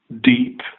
deep